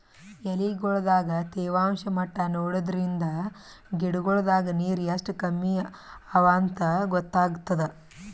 ಎಲಿಗೊಳ್ ದಾಗ ತೇವಾಂಷ್ ಮಟ್ಟಾ ನೋಡದ್ರಿನ್ದ ಗಿಡಗೋಳ್ ದಾಗ ನೀರ್ ಎಷ್ಟ್ ಕಮ್ಮಿ ಅವಾಂತ್ ಗೊತ್ತಾಗ್ತದ